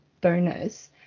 bonus